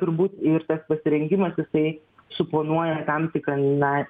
turbūt ir tas pasirengimas jisai suponuoja tam tikrą na